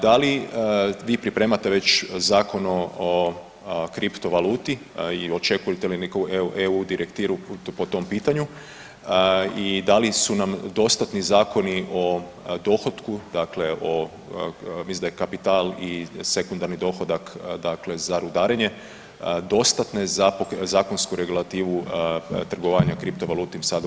Da li vi pripremate već Zakon o kriptovaluti i očekujete li neku eu direktivu po tom pitanju i da li su nam dostatni zakoni o dohotku, mislim da je kapital i sekundarni dohodak za rudarenje dostatne za zakonsku regulativu trgovanja kriptovalutama sad u